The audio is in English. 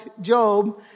Job